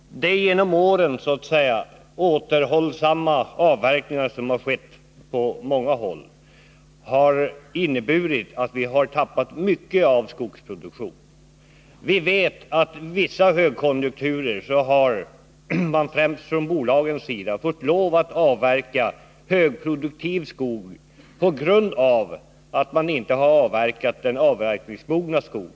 De genom åren ”återhållsamma” avverkningar som har skett på många håll harinneburit att vi har tappat mycken skogsproduktion. Vi vet att man under vissa högkonjunkturer främst från bolagens sida fått lov att avverka högproduktiv skog på grund av att man inte har avverkat den avverkningsmogna skogen.